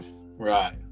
Right